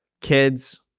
kids